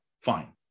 fine